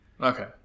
Okay